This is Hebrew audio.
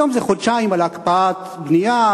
היום זה חודשיים על הקפאת בנייה,